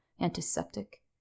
antiseptic